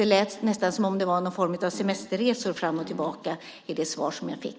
Det lät nästan som om det var någon form av semesterresor fram och tillbaka i det svar som jag fick.